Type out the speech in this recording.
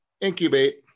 incubate